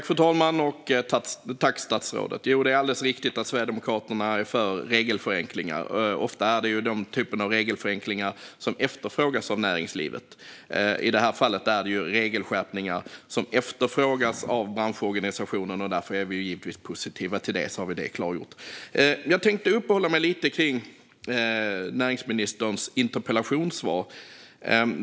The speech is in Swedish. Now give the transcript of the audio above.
Fru talman! Ja, det är alldeles riktigt att Sverigedemokraterna är för regelförenklingar. Ofta är det regelförenklingar som efterfrågas av näringslivet. I det här fallet är det ju regelskärpningar som efterfrågas av branschorganisationen, och därför är vi givetvis positiva till det. Nu har vi klargjort det. Jag tänkte uppehålla mig lite kring näringsministerns interpellationssvar.